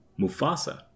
Mufasa